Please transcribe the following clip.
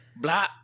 blah